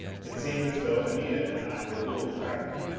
it seemed as though anita and i were ghouls prowling.